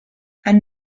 and